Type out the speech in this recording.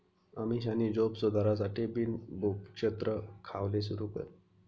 अमीषानी झोप सुधारासाठे बिन भुक्षत्र खावाले सुरू कर